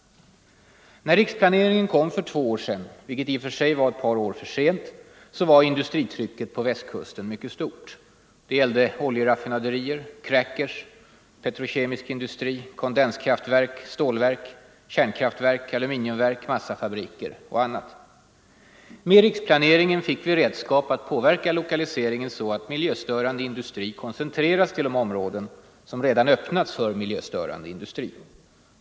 När riksplaneringen kom för två år sedan — vilket i och för sig var ett par år för sent — var industritrycket på Västkusten mycket stort. Det gällde oljeraffinaderier, crackers, petrokemisk industri, kondenskraftverk, stålverk, kärnkraftverk, aluminiumverk, massafabriker och annat. Med riksplaneringen fick vi redskap att påverka lokaliseringen, så att miljöstörande industri koncentreras till de områden som redan har öppnats för miljöstörande industri.